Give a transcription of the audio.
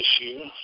issue